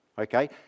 Okay